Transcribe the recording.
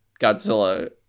Godzilla